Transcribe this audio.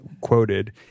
quoted